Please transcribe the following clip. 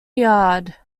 yard